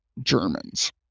Germans